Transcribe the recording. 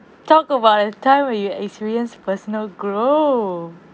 talk about a time when you experience personal grow